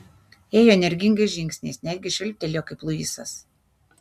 ėjo energingais žingsniais netgi švilptelėjo kaip luisas